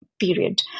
period